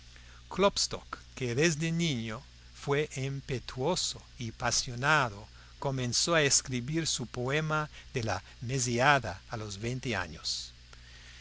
perfecto klopstock que desde niño fue impetuoso y apasionado comenzó a escribir su poema de la mesíada a los veinte años